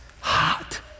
hot